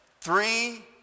three